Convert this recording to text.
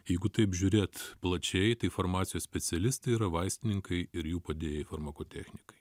jeigu taip žiūrėt plačiai tai farmacijos specialistai yra vaistininkai ir jų padėjėjai farmakotechnikai